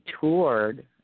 toured